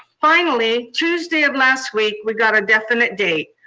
finally tuesday of last week, we got a definite date.